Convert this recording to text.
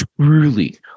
truly